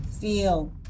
feel